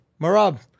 Marab